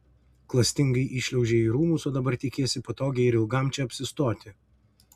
klastingai įšliaužei į rūmus o dabar tikiesi patogiai ir ilgam čia apsistoti